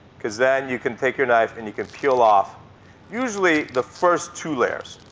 because then you can take your knife and you can peel off usually the first two layers.